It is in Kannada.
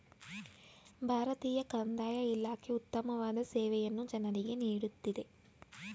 ಭಾರತೀಯ ಕಂದಾಯ ಇಲಾಖೆ ಉತ್ತಮವಾದ ಸೇವೆಯನ್ನು ಜನರಿಗೆ ನೀಡುತ್ತಿದೆ